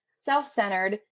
self-centered